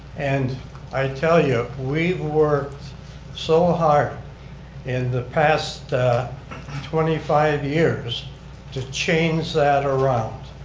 and i tell you, we've worked so hard in the past twenty five years to change that around.